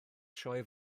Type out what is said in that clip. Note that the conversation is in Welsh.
sioe